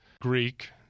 Greek